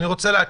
אני מקריא: